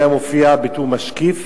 הוא היה מופיע בתור משקיף